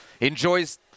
enjoys